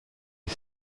est